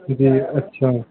जी जी अच्छा